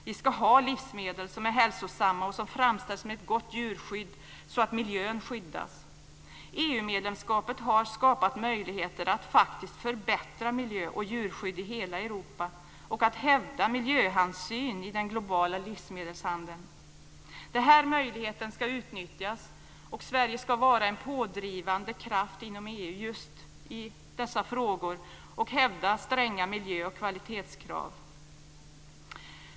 Vi ska ha livsmedel som är hälsosamma och som har framställts med ett gott djurskydd så att miljön skyddas. EU-medlemskapet har skapat möjligheter att förbättra miljö och djurskydd i hela Europa och att hävda miljöhänsyn i den globala livsmedelshandeln. Den här möjligheten ska utnyttjas, och Sverige ska vara en pådrivande kraft inom EU just i dessa frågor och hävda stränga miljö och kvalitetskrav.